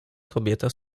kobieta